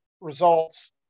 results